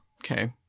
okay